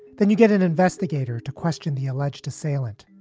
then you get an investigator to question the alleged assailant.